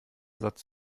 satz